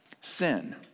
sin